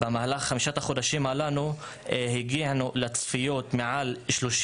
במהלך חמשת החודשים הללו הגענו למעל 36